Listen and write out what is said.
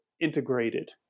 integrated